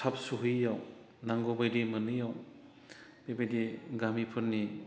थाब सहैयैयाव नांगौ बायदि मोनहैयैयाव बेबायदि गामिफोरनि